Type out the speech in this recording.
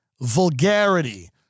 vulgarity